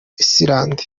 iceland